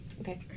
Okay